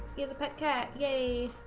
here's a pet cat yay